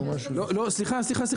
לא, סליחה, סליחה.